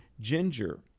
Ginger